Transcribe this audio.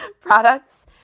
products